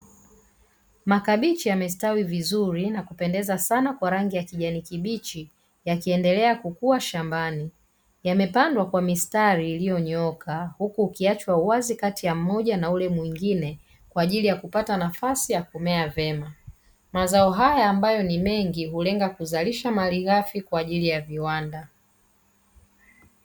Makabichi amestawi vizuri na kupendeza sana kwa rangi ya kijani kibichi yakiendelea kukua shambani yamepandwa kwa mistari iliyonyooka, huku ukiachwa uwazi kati ya mmoja na ule mwingine kwa ajili ya kupata nafasi ya kumea vyema, mazao haya ambayo ni mengi hulenga kuzalisha malighafi kwa ajili ya viwanda.